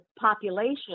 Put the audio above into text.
population